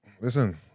Listen